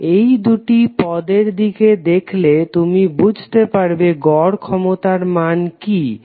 এই দুটি পদের দিকে দেখলে তুমি বুঝতে পারবে গড় ক্ষমতার মান কি হবে